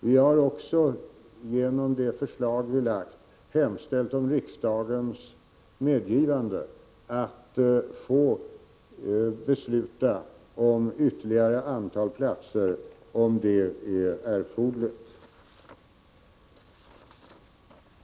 Vi har också i de förslag som vi lagt fram hemställt om riksdagens medgivande att få besluta om ytterligare ett antal platser om det är erforderligt.